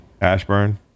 Ashburn